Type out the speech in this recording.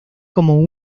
como